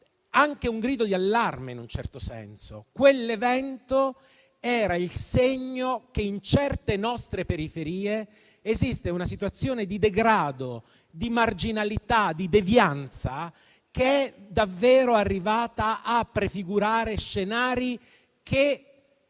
anche un grido di allarme, in un certo senso, poiché era il segno che in certe nostre periferie esiste una situazione di degrado, di marginalità e di devianza che è davvero arrivata a prefigurare scenari che